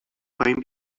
پایین